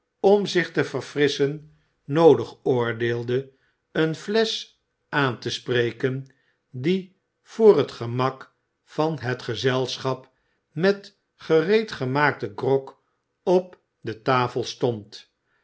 om zich te verfrisschen noodig oordeelde eene flesch aan te spreken die voor het gemak van het gezelschap met gereedgemaakten grog op de tafel stond